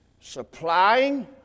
supplying